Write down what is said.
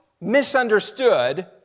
misunderstood